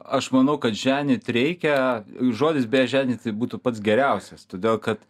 aš manau kad ženyt reikia žodis beje ženyti būtų pats geriausias todėl kad